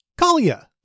Kalia